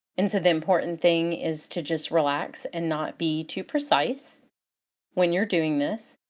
and so the important thing is to just relax and not be too precise when you're doing this.